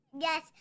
Yes